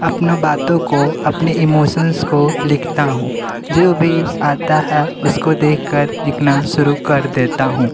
अपने बातों को अपने इमोसन्स को लिखता हूँ जो भी आता है उसको देख कर लिखना शुरू कर देता हूँ